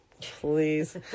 please